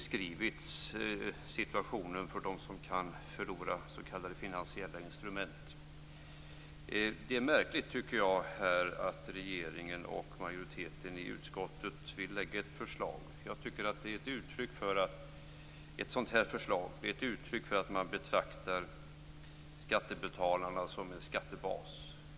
Situationen för de som kan förlora s.k. finansiella instrument har beskrivits. Jag tycker att det är märkligt att regeringen och majoriteten i utskottet vill lägga fram ett förslag nu. Jag tycker att ett sådant förslag är ett uttryck för att man betraktar skattebetalarna som en skattebas.